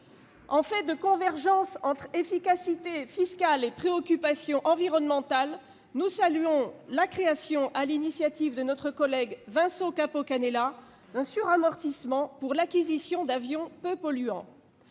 En fait de convergence entre efficacité fiscale et préoccupation environnementale, nous saluons la création, sur l'initiative de notre collègue Vincent Capo-Canellas, d'un suramortissement pour l'acquisition d'avions peu polluants.